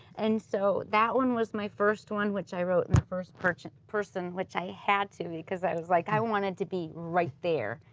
and so that one was my first one, which i wrote in the first person, which i had to because i was like, i wanted to be right there,